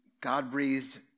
God-breathed